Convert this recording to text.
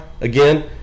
again